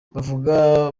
bavuga